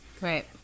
Right